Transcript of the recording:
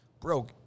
Bro